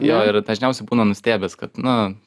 jo ir dažniausiai būna nustebęs kad na